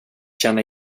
känna